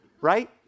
right